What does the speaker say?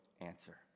answer